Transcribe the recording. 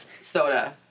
soda